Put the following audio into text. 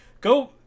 go